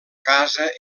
casa